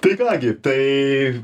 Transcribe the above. tai ką gi tai